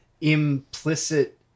implicit